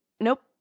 nope